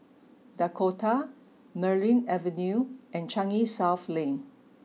Dakota Merryn Avenue and Changi South Lane